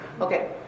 Okay